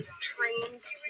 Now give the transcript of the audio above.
trains